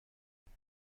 mais